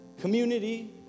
Community